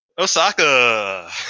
Osaka